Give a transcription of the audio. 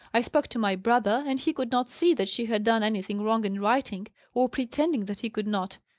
i spoke to my brother, and he could not see that she had done anything wrong in writing or pretended that he could not.